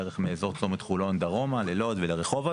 בערך מאזור צומת חולון דרומה ללוד ורחובות.